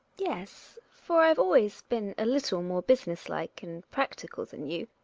yes, for i've always been a little more business like and practical than you.